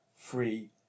free